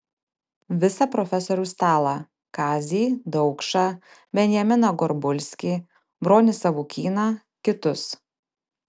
visą profesorių stalą kazį daukšą benjaminą gorbulskį bronį savukyną kitus